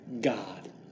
God